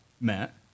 Matt